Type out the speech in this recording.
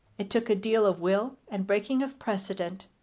it took a deal of will and breaking of precedent,